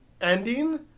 ending